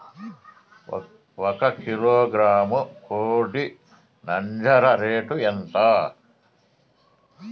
ఒక కిలోగ్రాము కోడి నంజర రేటు ఎంత?